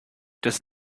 does